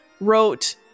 wrote